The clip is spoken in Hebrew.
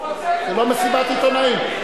מסיבת עיתונאים.